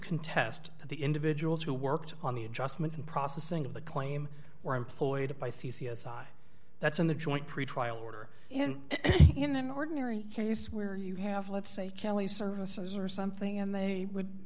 contest the individuals who worked on the adjustment and processing of the claim were employed by c c s i that's in the joint pretrial order and in an ordinary case where you have let's say kelly services or something and they would